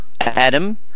Adam